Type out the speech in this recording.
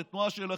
שהיא תנועה שלכם,